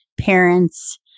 parents